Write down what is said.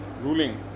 ruling